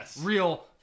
real